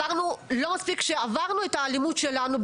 לא מספיק שעברנו את האלימות שלנו,